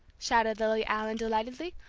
shouted lily allen, delightedly.